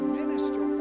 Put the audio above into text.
minister